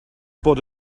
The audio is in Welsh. bod